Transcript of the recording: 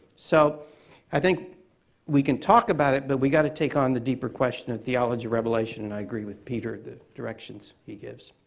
so i think we can talk about it, but we gotta take on the deeper question of theology revelation, and i agree with peter, the directions he gives.